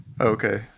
Okay